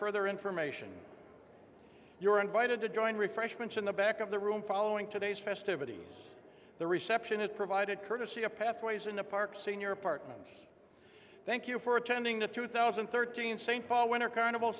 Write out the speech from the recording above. further information you are invited to join refreshments in the back of the room following today's festivities the reception is provided courtesy of pathways in the park senior apartment thank you for attending the two thousand and thirteen st paul winter carnival